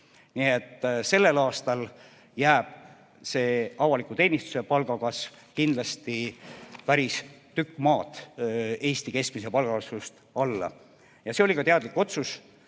Nii et sellel aastal jääb avaliku teenistuse palgakasv kindlasti päris tükk maad Eesti keskmise palga kasvust alla. See oli ka teadlik otsus.